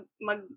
mag